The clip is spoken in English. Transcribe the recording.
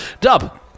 Dub